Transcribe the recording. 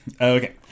Okay